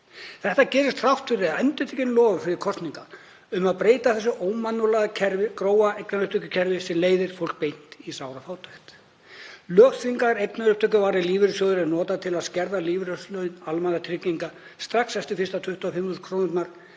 Þetta gerist þrátt fyrir endurtekin loforð fyrir kosningar um að breyta þessu ómannúðlega, grófa eignaupptökukerfi sem leiðir fólk beint í sárafátækt. Lögþvingaður, eignaupptökuvarinn lífeyrissjóður er notaður til að skerða lífeyrislaun almannatrygginga strax eftir fyrstu 25.000 kr. Það